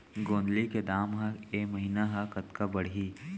गोंदली के दाम ह ऐ महीना ह कतका बढ़ही?